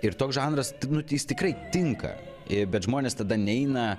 ir toks žanras nu tai jis tikrai tinka bet žmonės tada neina